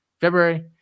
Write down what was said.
February